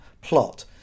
plot